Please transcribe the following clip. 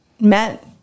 met